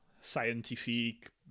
scientific